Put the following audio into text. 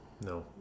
No